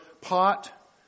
pot